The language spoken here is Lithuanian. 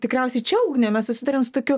tikriausiai čia ugne mes susiduriam su tokiu